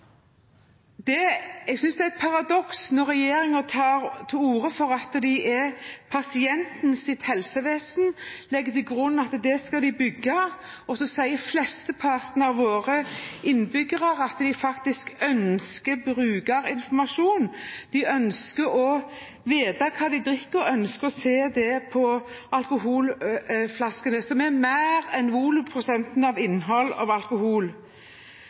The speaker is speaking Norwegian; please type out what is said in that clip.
Jeg synes det er et paradoks når regjeringen tar til orde for at det er pasientens helsevesen, og legger til grunn at det er det de skal bygge, og flesteparten av våre innbyggere sier at de faktisk ønsker brukerinformasjon – ønsker å vite hva de drikker, og ønsker å se mer på alkoholflaskene